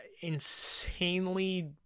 insanely